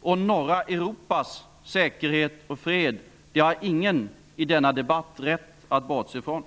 och norra Europas säkerhet och fred. Det har ingen i denna debatt rätt att bortse från.